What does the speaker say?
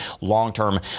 long-term